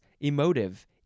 emotive